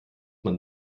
man